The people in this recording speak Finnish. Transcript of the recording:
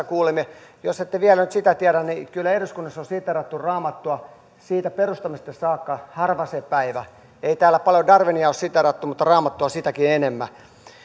kuulimme jos ette vielä nyt sitä tiedä niin kyllä eduskunnassa on siteerattu raamattua perustamisesta saakka harva se päivä ei täällä paljoa darwinia ole siteerattu mutta raamattua sitäkin enemmän